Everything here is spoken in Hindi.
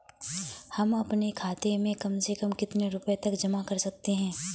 हम अपने खाते में कम से कम कितने रुपये तक जमा कर सकते हैं?